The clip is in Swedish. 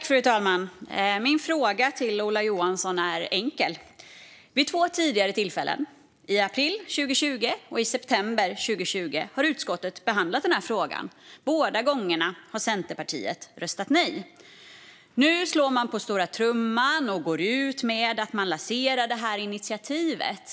Fru talman! Min fråga till Ola Johansson är enkel. Vid två tidigare tillfällen - i april 2020 och i september 2020 - har utskottet behandlat frågan. Båda gångerna har Centerpartiet röstat nej. Nu slår man på stora trumman och går ut med att man lanserar det här initiativet.